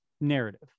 narrative